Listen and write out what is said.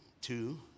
two